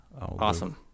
Awesome